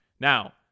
Now